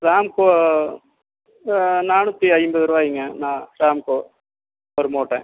ராம்கோ ஆ நானூற்றி ஐம்பது ரூபாய்ங்க ராம்கோ ஒரு மூட்டை